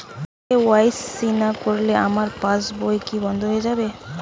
KYC না করলে আমার পাশ বই কি বন্ধ হয়ে যাবে?